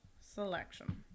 Selection